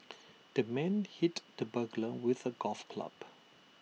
the man hit the burglar with A golf club